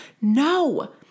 No